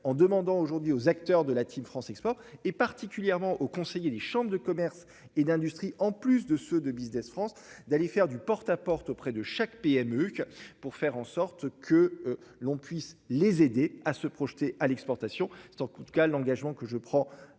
en demandant aujourd'hui aux acteurs de la Team France Export et particulièrement aux conseiller les chambres de commerce et d'industrie. En plus de ceux de Business France d'aller faire du porte-à-porte auprès de chaque PME que pour faire en sorte que l'on puisse les aider à se projeter à l'exportation sans coup de cas l'engagement que je prends